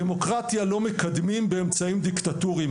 דמוקרטיה לא מקדמים באמצעים דיקטטורים,